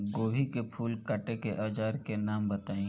गोभी के फूल काटे के औज़ार के नाम बताई?